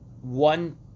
one